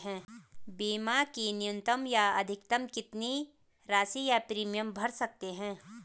बीमा की न्यूनतम या अधिकतम कितनी राशि या प्रीमियम भर सकते हैं?